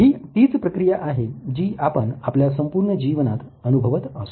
हि तीच प्रक्रिया आहे जी आपण आपल्या संपूर्ण जीवनात अनुभवत असतो